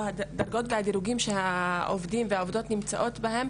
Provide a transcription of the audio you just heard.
או הדרגות והדירוגים שהעובדים והעובדות נמצאים בהם,